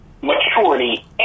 maturity